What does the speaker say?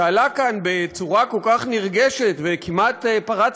שעלה כאן בצורה כל כך נרגשת וכמעט פרץ